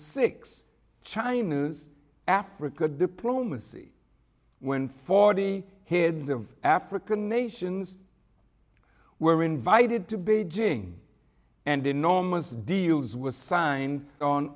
six china's africa diplomacy when forty heads of african nations were invited to beijing and enormous deals were signed on